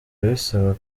bisaba